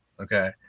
okay